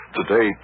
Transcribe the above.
today